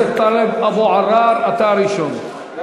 חבר הכנסת טלב אבו עראר, אתה הראשון.